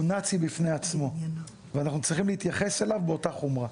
הוא נאצי בפני עצמו ואנחנו צריכים להתייחס אליו באותה חומרה.